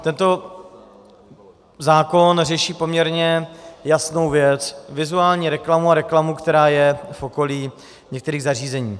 Tento zákon řeší poměrně jasnou věc vizuální reklamu a reklamu, která je v okolí některých zařízení.